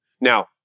Now